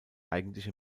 eigentliche